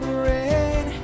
rain